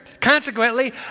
Consequently